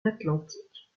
l’atlantique